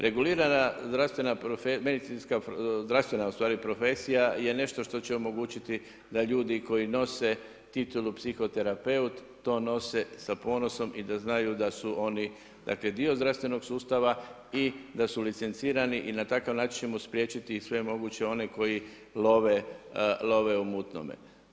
Regulirana zdravstvena, medicinska, zdravstvena ustvari profesija je nešto što će omogućiti da ljudi koji nose titulu psihoterapeut to nose sa ponosom i da znaju da su oni dakle dio zdravstvenog sustava i da su licencirani i na takav način ćemo spriječiti i sve moguće one koji love u mutnome.